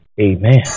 amen